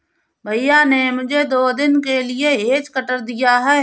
भैया ने मुझे दो दिन के लिए हेज कटर दिया है